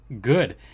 good